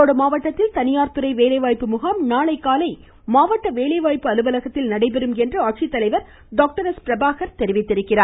ஈரோடு மாவட்டத்தில் தனியார்துறை வேலைவாய்ப்பு முகாம் நாளைகாலை மாவட்ட வேலைவாய்ப்பு அலுவலகத்தில் நடைபெற உள்ளதாக மாவட்ட ஆட்சித்தலைவா் திரு எஸ் பிரபாகர் தெரிவித்துள்ளார்